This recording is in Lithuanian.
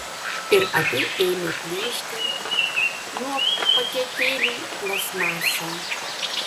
ir abi ėmė plėšti nuo paketėlių plastmasę